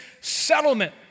settlement